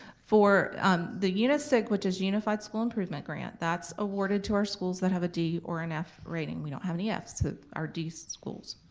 for um the unisig, which is unified school improvement grant, that's awarded to our schools that have a d or an f rating. we don't have any f's so our d schools,